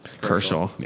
Kershaw